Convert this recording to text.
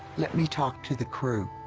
let me talk to the crew.